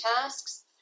tasks